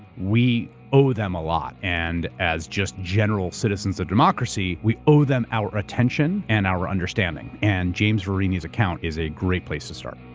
we owe them a lot. and as just general citizens of democracy, we owe them our attention and our understanding. and james verini's account is a great place to start.